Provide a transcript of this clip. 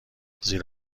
زیر